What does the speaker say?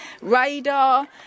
radar